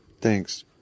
Thanks